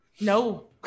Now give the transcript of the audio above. No